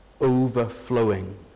overflowing